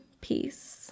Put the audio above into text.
Peace